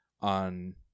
on